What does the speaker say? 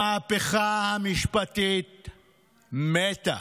המהפכה המשפטית מתה,